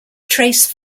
trace